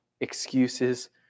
excuses